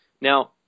Now